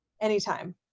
Anytime